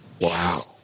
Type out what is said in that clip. Wow